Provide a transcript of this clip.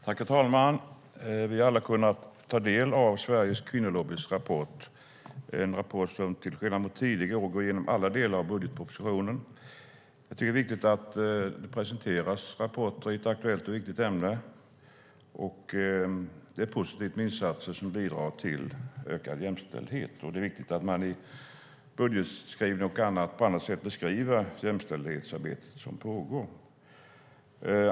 Herr talman! Vi har alla kunnat ta del av Sveriges Kvinnolobbys rapport. I rapporten går man, till skillnad från tidigare år, igenom alla delar av budgetpropositionen. Jag tycker att det är viktigt att det presenteras rapporter i ett aktuellt och viktigt ämne, och det är positivt med insatser som bidrar till ökad jämställdhet. Det är viktigt att man i budgetskrivningar och på annat sätt beskriver det jämställdhetsarbete som pågår.